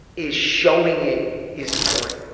is showing it is the point.